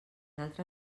altre